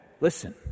listen